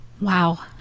Wow